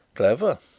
clever!